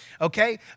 okay